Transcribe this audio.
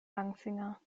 langfinger